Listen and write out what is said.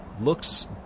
looks